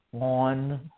on